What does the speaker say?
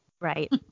Right